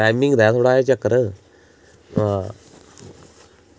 timing दा ऐ थोह्ड़ा चक्कर